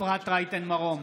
אפרת רייטן מרום,